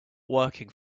working